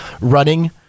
running